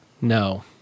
No